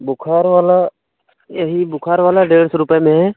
बुखार वाला यही बुखार वाला डेढ़ सौ रुपये में है